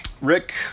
Rick